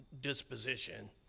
disposition